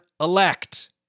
elect